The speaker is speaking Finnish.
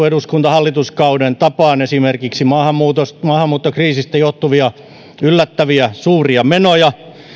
eduskunta ja hallituskauden alun tapaan esimerkiksi maahanmuuttokriisistä johtuvia yllättäviä suuria menoja